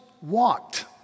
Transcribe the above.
walked